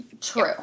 True